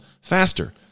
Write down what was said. faster